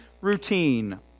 routine